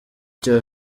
cya